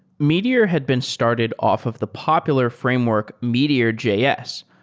meteor had been started off of the popular framework meteor js,